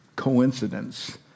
coincidence